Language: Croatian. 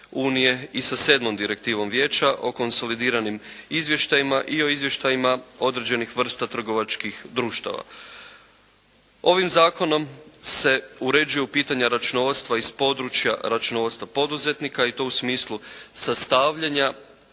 i 7. direktivom Vijeća o konsolidiranim izvještajima i izvještajima određenih vrsta trgovačkih društava. Ovim zakonom se uređuju pitanja računovodstva iz područja računovodstva poduzetnika i to u smislu sastavljanja